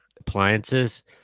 appliances